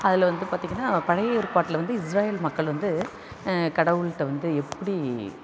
அதில் வந்து பார்த்திங்கன்னா பழைய ஏற்பாட்டில் வந்து இஸ்ராயேல் மக்கள் வந்து கடவுள்கிட்ட வந்து எப்படி